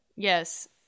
Yes